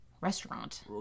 Restaurant